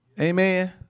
amen